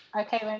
okay, like